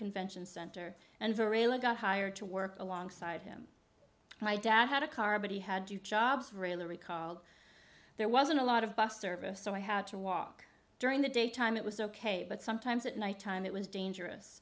convention center and for raila got hired to work alongside him my dad had a car but he had two jobs really recalled there wasn't a lot of bus service so i had to walk during the daytime it was ok but sometimes at night time it was dangerous